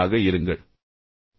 அதற்காகவே இவ்வாறு கூறப்பட்டுள்ளது